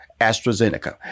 AstraZeneca